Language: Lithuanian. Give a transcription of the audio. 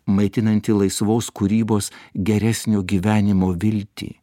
maitinanti laisvos kūrybos geresnio gyvenimo viltį